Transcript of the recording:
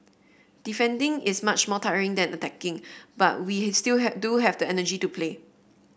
defending is much more tiring than attacking but we still have do have the energy to play